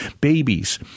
Babies